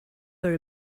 for